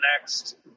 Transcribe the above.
next